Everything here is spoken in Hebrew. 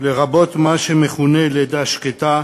לרבות מה שמכונה "לידה שקטה",